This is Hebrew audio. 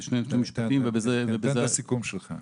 תן את הסיכום שלך.